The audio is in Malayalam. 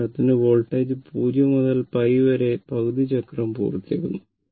ഉദാഹരണത്തിന് വോൾട്ടേജ് 0 മുതൽ π വരെ പകുതി ചക്രം പൂർത്തിയാക്കുന്നു